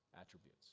attributes